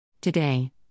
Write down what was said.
Today